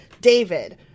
David